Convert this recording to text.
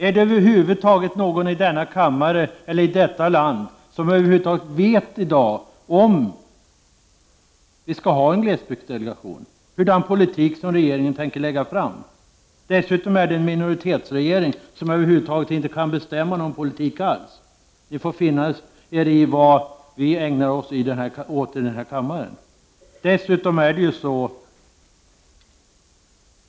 Är det över huvud taget någon här i kammaren eller här i landet som i dag vet om vi skall ha en glesbygdsdelegation eller vilken politik som regeringen tänker föra? Dessutom är detta en minoritetsregering, som över huvud taget inte kan bestämma någon politik alls. Ni får finna er i vad vi beslutar här i kammaren!